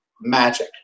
magic